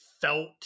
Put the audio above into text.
felt